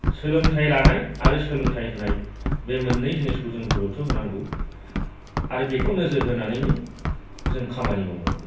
सोलोंथाइ लानाय आरो सोलोंथाइ होनाय बे मोन्नै जिनिसखौ जों गुरुक्त' होनांगौ आरो बेखौ नोजोर होनानैनो जों खामानि मावनांगौ